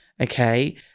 okay